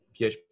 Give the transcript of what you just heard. PHP